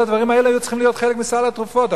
כל הדברים האלה היו צריכים להיות חלק מסל הבריאות.